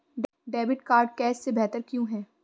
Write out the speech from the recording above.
Debit card cash से बेहतर क्यों है?